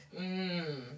Mmm